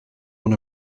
dans